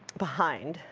behind.